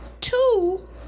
two